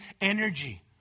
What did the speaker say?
energy